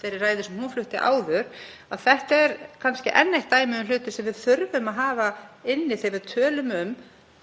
þeirri ræðu sem hún flutti áður, þetta er kannski enn eitt dæmið um hluti sem við þurfum að hafa inni þegar við tölum um